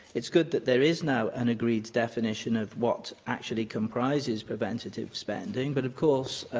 it's good that there is now an agreed definition of what actually comprises preventative spending, but, of course,